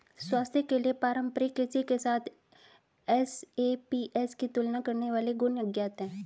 स्वास्थ्य के लिए पारंपरिक कृषि के साथ एसएपीएस की तुलना करने वाले गुण अज्ञात है